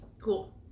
Cool